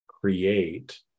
create